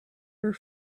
were